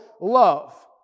love